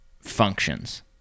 functions